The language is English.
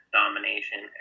domination